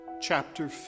chapter